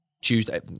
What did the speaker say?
Tuesday